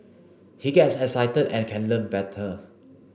he gets excited and can learn better